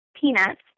Peanuts